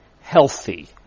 healthy